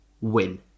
Win